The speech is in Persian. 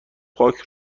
پاک